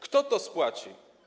Kto to spłaci?